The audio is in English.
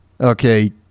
okay